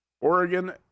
Oregon